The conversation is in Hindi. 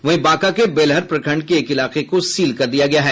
वहीं बांका के बेलहर प्रखंड के एक इलाके को सील कर दिया गया है